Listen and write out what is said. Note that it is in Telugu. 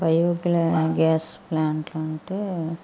బయో గ్యా గ్యాస్ ప్లాంట్ అంటే